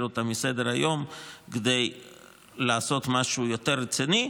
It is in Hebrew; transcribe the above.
אותה מסדר-היום כדי לעשות משהו יותר רציני.